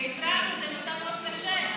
והבהרנו: זה מצב מאוד קשה.